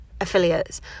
affiliates